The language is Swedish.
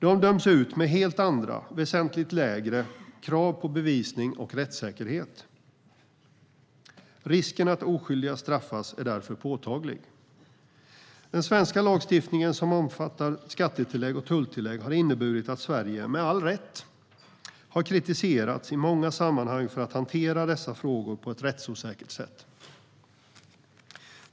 De döms ut med helt andra, väsentligt lägre krav på bevisning och rättssäkerhet. Risken att oskyldiga straffas är därför påtaglig. Den svenska lagstiftning som omfattar skattetillägg och tulltillägg har inneburit att Sverige, med all rätt, har kritiserats i många sammanhang för att hantera dessa frågor på ett rättsosäkert sätt.